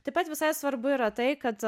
taip pat visai svarbu yra tai kad